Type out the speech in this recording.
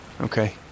Okay